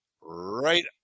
right